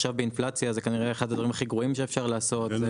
עכשיו באינפלציה זה כנראה אחד הדברים הכי גרועים שאפשר לעשות; זה